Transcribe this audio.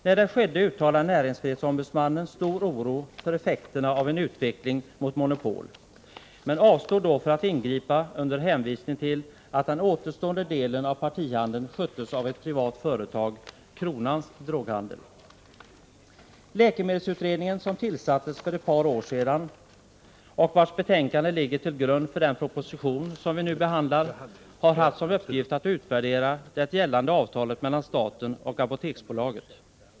När detta skedde uttalade näringsfrihetsombudsmannen stor oro för effekten av en utveckling mot monopol, men avstod då från att ingripa under hänvisning till att den återstående delen av partihandeln sköttes av ett privat företag, Kronans Droghandel. Läkemedelsutredningen, som tillsattes för ett par år sedan och vars betänkande ligger till grund för den proposition som vi nu behandlar, har haft som uppgift att utvärdera det gällande avtalet mellan staten och Apoteksbolaget.